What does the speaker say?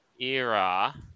era